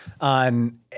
on